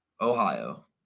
Ohio